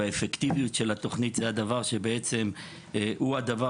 והאפקטיבית של התוכנית זה הדבר שבעצם הוא הדבר